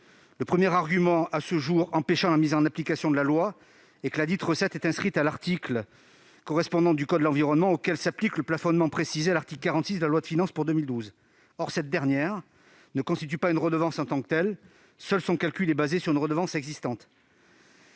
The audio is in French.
Le premier argument s'opposant à la mise en application de la loi est que la recette susvisée est inscrite à l'article du code de l'environnement auquel s'applique le plafonnement précisé à l'article 46 de la loi de finances pour 2012. Or cette recette ne constitue pas une redevance en tant que telle ; seul son calcul est basé sur une redevance existante.